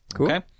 Okay